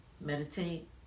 meditate